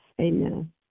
amen